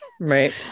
right